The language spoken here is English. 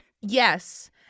Yes